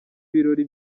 birori